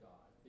God